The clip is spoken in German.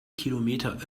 kilometer